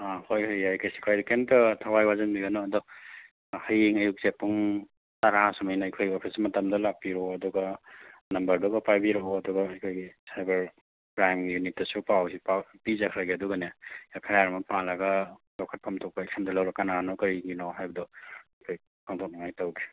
ꯑꯥ ꯍꯣꯏ ꯍꯣꯏ ꯌꯥꯏ ꯀꯩꯁꯨ ꯀꯥꯏꯗꯦ ꯀꯔꯤꯝꯇ ꯊꯋꯥꯏ ꯋꯥꯁꯤꯟꯕꯤꯒꯅꯣ ꯑꯗꯣ ꯍꯌꯦꯡ ꯑꯌꯨꯛꯁꯦ ꯄꯨꯡ ꯇꯔꯥ ꯁꯨꯃꯥꯏꯅ ꯑꯩꯈꯣꯏ ꯑꯣꯐꯤꯁ ꯃꯇꯝꯗ ꯂꯥꯛꯄꯤꯔꯣ ꯑꯗꯨꯒ ꯅꯝꯕꯔꯗꯨꯒ ꯄꯥꯏꯕꯤꯔꯛꯑꯣ ꯑꯗꯨꯒ ꯑꯩꯈꯣꯏꯒꯤ ꯁꯥꯏꯕꯔ ꯀ꯭ꯔꯥꯏꯝꯒꯤ ꯌꯨꯅꯤꯠꯇꯁꯨ ꯄꯥꯎꯁꯤ ꯄꯤꯖꯈ꯭ꯔꯒꯦ ꯑꯗꯨꯒꯅꯦ ꯑꯦꯐ ꯑꯥꯏ ꯑꯥꯔ ꯑꯃ ꯄꯥꯜꯂꯒ ꯂꯧꯈꯠꯐꯝ ꯊꯣꯛꯄ ꯑꯦꯛꯁꯟꯗꯣ ꯂꯧꯔꯒ ꯀꯅꯥꯅꯣ ꯀꯔꯤꯒꯤꯅꯣ ꯍꯥꯏꯕꯗꯣ ꯑꯩꯈꯣꯏ ꯈꯪꯗꯣꯛꯅꯤꯡꯉꯥꯏ ꯇꯧꯒꯦ